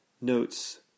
notes